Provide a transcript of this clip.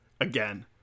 again